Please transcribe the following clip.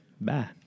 Bye